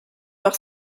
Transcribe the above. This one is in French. par